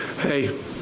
hey